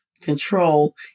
control